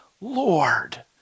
Lord